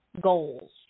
goals